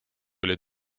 oli